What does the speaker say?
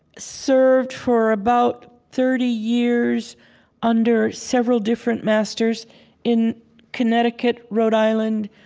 served for about thirty years under several different masters in connecticut, rhode island,